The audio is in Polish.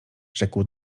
rzekł